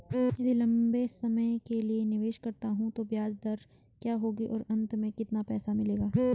यदि लंबे समय के लिए निवेश करता हूँ तो ब्याज दर क्या होगी और अंत में कितना पैसा मिलेगा?